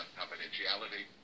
confidentiality